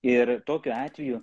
ir tokiu atveju